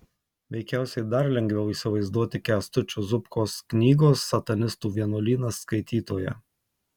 veikiausiai dar lengviau įsivaizduoti kęstučio zubkos knygos satanistų vienuolynas skaitytoją